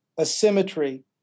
asymmetry